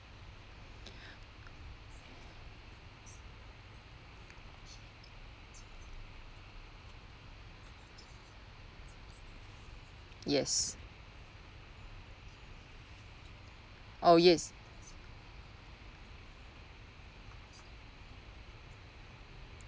yes oh yes